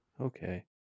Okay